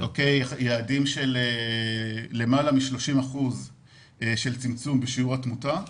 יעדים של יותר מ-30% של צמצום בשיעור התמותה.